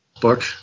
book